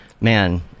man